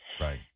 Right